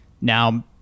Now